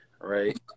right